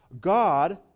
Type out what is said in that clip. God